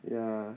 ya